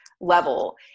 level